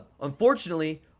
Unfortunately